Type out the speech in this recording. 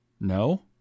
no